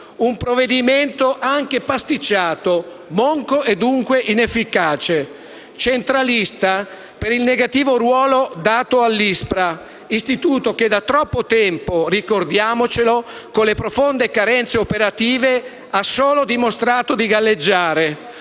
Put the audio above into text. un provvedimento pasticciato, monco e, dunque, inefficace. È centralista per il negativo ruolo dato all'ISPRA, Istituto che da troppo tempo - ricordiamocelo - con le profonde carenze operative ha dimostrato di poter